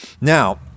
Now